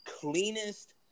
cleanest